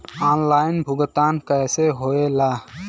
Online भुगतान कैसे होए ला?